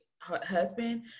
husband